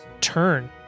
turn